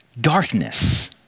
darkness